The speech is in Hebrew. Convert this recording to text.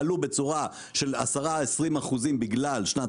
עלו בצורה של 10%-20% בגלל שנת